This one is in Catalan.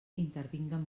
intervinguen